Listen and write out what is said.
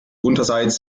unterseits